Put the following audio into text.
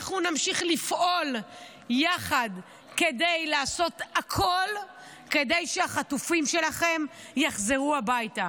אנחנו נמשיך לפעול יחד כדי לעשות הכול כדי שהחטופים שלכם יחזרו הביתה.